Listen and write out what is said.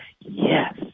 yes